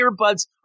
earbuds